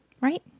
Right